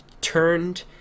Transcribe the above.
turned